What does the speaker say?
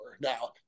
now